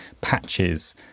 patches